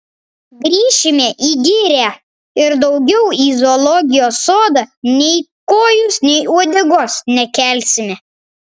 grįšime į girią ir daugiau į zoologijos sodą nei kojos nei uodegos nekelsime